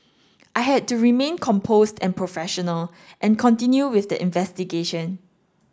I had to remain composed and professional and continue with the investigation